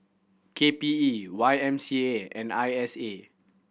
K P E Y M C A and I S A